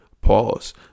Pause